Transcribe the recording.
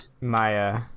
Maya